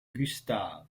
gustave